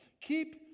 keep